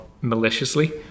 maliciously